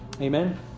Amen